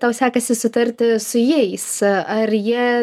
tau sekasi susitarti su jais ar jie